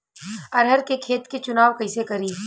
अरहर के खेत के चुनाव कईसे करी?